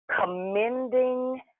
commending